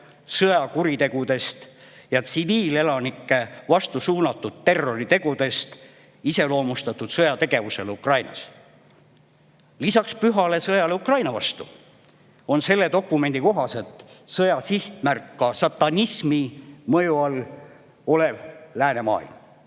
sõjakuritegude ja tsiviilelanike vastu suunatud terroritegude kaudu iseloomustatud sõjategevusele Ukrainas. Lisaks pühale sõjale Ukraina vastu on selle dokumendi kohaselt sõja sihtmärk ka satanismi mõju all olev läänemaailm.